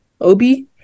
Obi